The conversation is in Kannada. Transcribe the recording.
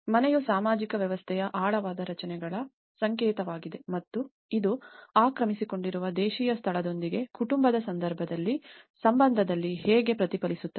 ಮನೆಯು ಸಾಮಾಜಿಕ ವ್ಯವಸ್ಥೆಯ ಆಳವಾದ ರಚನೆಗಳ ಸಂಕೇತವಾಗಿದೆ ಮತ್ತು ಇದು ಆಕ್ರಮಿಸಿಕೊಂಡಿರುವ ದೇಶೀಯ ಸ್ಥಳದೊಂದಿಗೆ ಕುಟುಂಬದ ಸಂಬಂಧದಲ್ಲಿ ಹೇಗೆ ಪ್ರತಿಫಲಿಸುತ್ತದೆ